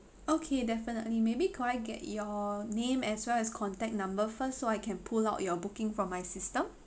okay definitely maybe could I get your name as well as contact number first so I can pull out your booking from my system